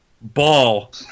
Ball